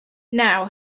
now